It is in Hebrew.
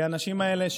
האנשים האלה,